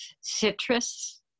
citrus